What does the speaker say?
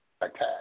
attack